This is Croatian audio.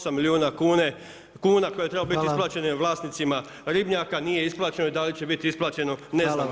8 milijuna kuna koje je trebalo biti isplaćeno vlasnicima Ribnjaka i nije isplaćeno i da li će biti isplaćeno, ne znam.